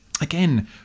again